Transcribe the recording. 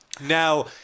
Now